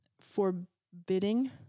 forbidding